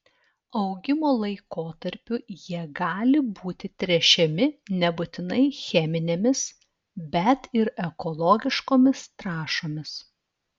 augimo laikotarpiu jie gali būti tręšiami nebūtinai cheminėmis bet ir ekologiškomis trąšomis